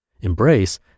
Embrace